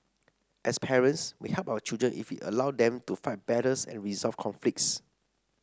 as parents we help our children if we allow them to fight battles and resolve conflicts